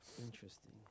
interesting